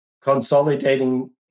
consolidating